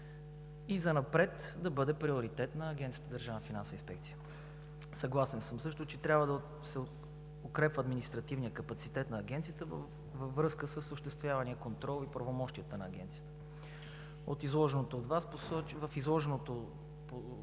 и занапред да бъде приоритет на Агенцията за държавна финансова инспекция. Съгласен съм също, че трябва да се укрепва административният капацитет на Агенцията във връзка с осъществявания контрол и правомощията на Агенцията. В изложеното от Вас